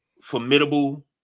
formidable